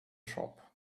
shop